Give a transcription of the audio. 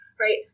right